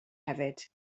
hefyd